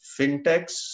fintechs